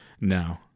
No